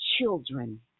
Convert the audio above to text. children